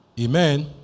amen